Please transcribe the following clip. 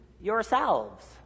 yourselves